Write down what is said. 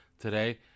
Today